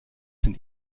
sind